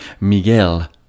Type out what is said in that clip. Miguel